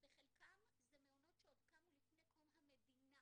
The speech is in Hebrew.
בחלקם זה מעונות שעוד קמו לפני קום המדינה